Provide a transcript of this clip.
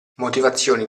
motivazioni